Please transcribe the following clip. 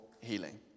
healing